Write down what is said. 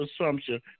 assumption